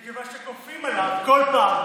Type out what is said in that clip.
מכיוון שאתם כופים עליו כל פעם.